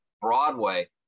Broadway